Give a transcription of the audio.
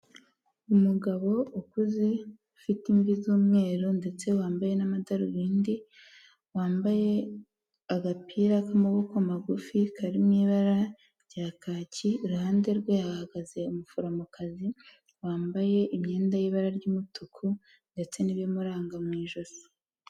Umugabo ukuze, ufite imvi z'umweru ndetse wambaye n'amadarubindi, wambaye agapira k'amaboko magufi kari mu ibara rya kaki, iruhande rwe hahagaze umuforomokazi wambaye imyenda y'ibara ry'umutuku ndetse n'ibimuranga mu ijosi.